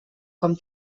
com